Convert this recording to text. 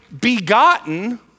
begotten